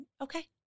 okay